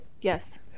Yes